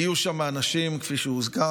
כי יהיו שם אנשים, כפי שהוזכר,